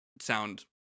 sound